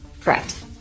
Correct